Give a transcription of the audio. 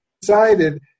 decided